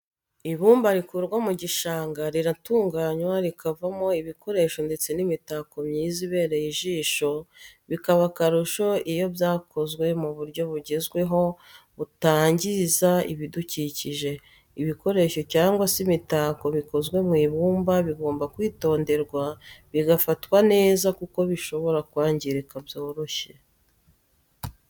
Ibumba rikurwa mu gishanga riratunganywa rikavamo ibikoresho ndetse n'imitako myiza ibereye ijisho bikaba akarusho iyo byakozwe mu buryo bugezweho butangiza ibidukikije. Ibikoresho cyangwa se imitako bikozwe mu ibumba bigomba kwitonderwa bigafatwa neza kuko bishobora kwangirika byoroshye.